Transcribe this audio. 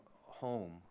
home